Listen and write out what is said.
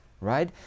right